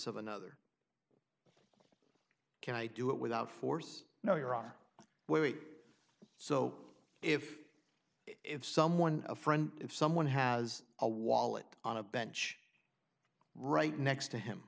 of another can i do it without force no you're on wait so if if someone a friend if someone has a wallet on a bench right next to him